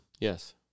Yes